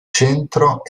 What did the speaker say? centro